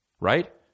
right